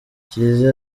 kiliziya